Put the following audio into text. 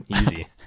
Easy